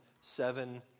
seven